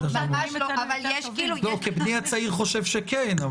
כי בני הצעיר חושב שכן.